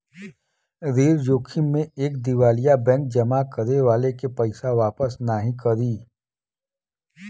ऋण जोखिम में एक दिवालिया बैंक जमा करे वाले के पइसा वापस नाहीं करी